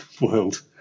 world